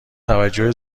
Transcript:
توجه